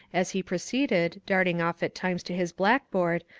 as he proceeded, dart ing off at times to his blackboard,